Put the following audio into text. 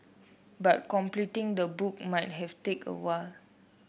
but completing the book might have take a while